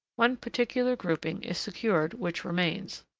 one particular grouping is secured which remains.